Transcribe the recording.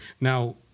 now